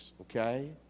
okay